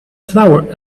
flowers